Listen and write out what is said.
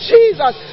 Jesus